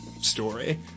story